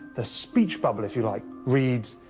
the speech bubble, if you like, reads,